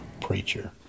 preacher